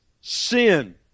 sin